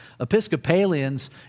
Episcopalians